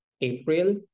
April